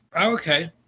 Okay